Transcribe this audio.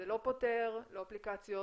זה לא פותר לא אפליקציות,